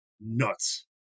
nuts